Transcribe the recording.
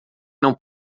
não